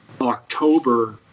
october